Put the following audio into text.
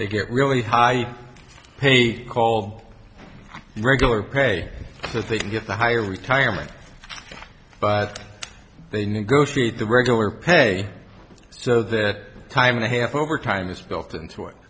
they get really high paid called regular pay as they can get the higher retirement but they negotiate the regular pay so that time and a half overtime is built into it